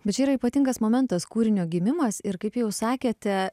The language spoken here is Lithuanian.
bet čia yra ypatingas momentas kūrinio gimimas ir kaip jau sakėte